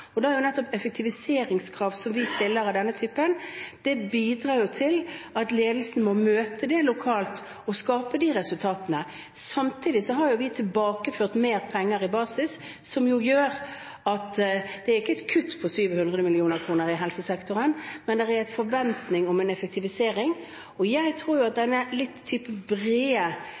Da bidrar nettopp effektiviseringskrav som vi stiller av denne typen, til at ledelsen må møte dette lokalt og skape de resultatene. Samtidig har vi tilbakeført mer penger i basis, som gjør at det ikke er et kutt på 700 mill. kr i helsesektoren, men en forventning om en effektivisering. Jeg tror at denne litt brede styringen fra staten er bedre enn at vi skal sitte her og tro at alle våre ulike måter å organisere den